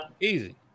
easy